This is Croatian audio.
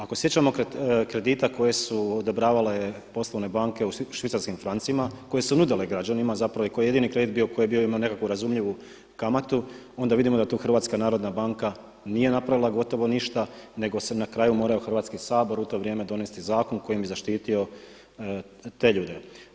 Ako se sjećamo kredita koje su odobravale poslovne banke u švicarskim francima, koje su nudili građanima a zapravo i koji je jedini kredit bio koji je imao nekakvu razumljivu kamatu, onda vidimo da tu HNB nije napravila gotovo ništa nego je na kraju morao Hrvatski Sabor u to vrijeme donesti zakon kojim bi zaštitio te ljude.